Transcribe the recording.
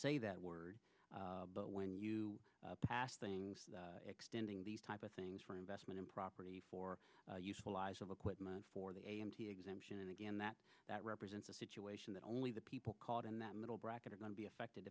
say that word but when you pass things extending these type of things for investment in property for useful lives of equipment for the exemption and again that that represents a situation that only the people caught in that middle bracket are going to be affected